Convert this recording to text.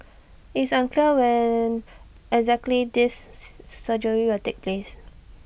it's unclear when exactly this surgery will take place